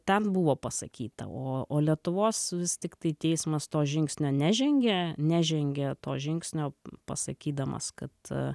ten buvo pasakyta o o lietuvos vis tiktai teismas to žingsnio nežengė nežengė to žingsnio pasakydamas kad